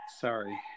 Sorry